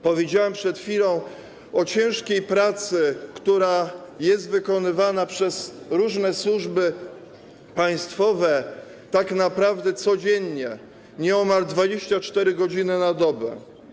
Powiedziałem przed chwilą o ciężkiej pracy, która jest wykonywana przez różne służby państwowe tak naprawdę codziennie, nieomal 24 godziny na dobę.